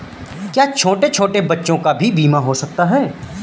क्या छोटे छोटे बच्चों का भी बीमा हो सकता है?